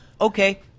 okay